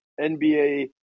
nba